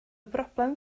broblem